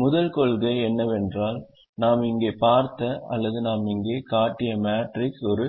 முதல் கொள்கை என்னவென்றால் நாம் இங்கே பார்த்த அல்லது நாம் இங்கே காட்டிய மேட்ரிக்ஸ் ஒரு